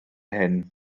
hyn